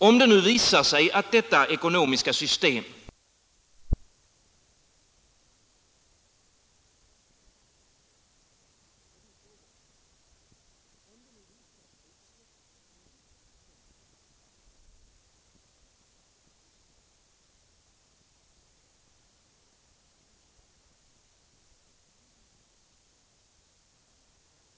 Om det nu visar sig att detta ekonomiska system skapar sådana här problem, vad är man villig att företa sig? Vilket är det överordnade målet, ifall man kommer i konflikt med systemets egna tendenser? Är det överordnade målet att skapa full sysselsättning, eller är det att bevara systemet?